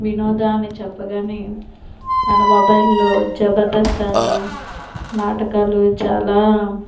వినోదాన్ని చెప్పగానే మన మొబైల్ లో జబర్దస్త్ అనే నాటకాలు చాలా